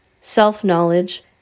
self-knowledge